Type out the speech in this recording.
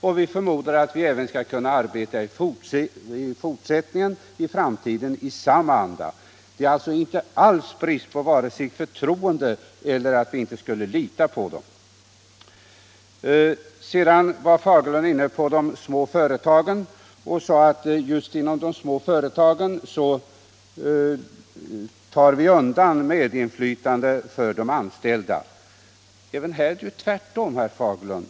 Och vi moderater förmodar att man skall kunna arbeta i samma anda även i framtiden. Det är alltså inte fråga om vare sig brist på förtroende för parterna eller att vi inte skulle lita på dem. Vidare berörde herr Fagerlund de små företagen och sade att just inom dessa tar vi moderater undan möjligheten till medinflytande för de anställda. Även här är det tvärtom, herr Fagerlund.